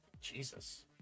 Jesus